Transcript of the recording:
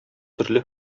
төрле